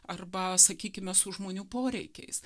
arba sakykime su žmonių poreikiais